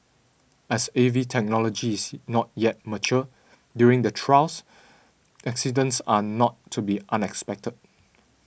as A V technology's not yet mature during the trials accidents are not to be unexpected